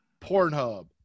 Pornhub